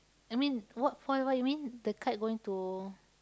I mean what what what you mean the kite going to